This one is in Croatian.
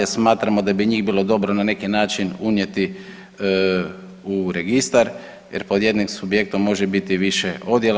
Smatramo da bi njih bilo dobro na neki način unijeti u registar jer pod jednim subjektom može biti više odjela.